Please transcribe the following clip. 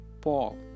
Paul